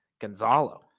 Gonzalo